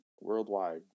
Worldwide